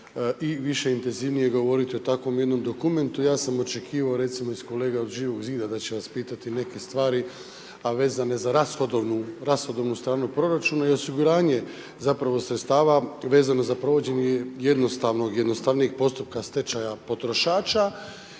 više i intenzivnije govoriti o takvom jednom dokumentu. Ja sam očekivao, recimo, iz kolega od Živoga Zida, da će nas pitati neke stvari, a vezane za rashodovnu stranu proračunu i osiguranje, zapravo, sredstava vezano za provođenje jednostavnog, jednostavnijeg postupka stečaja potrošača,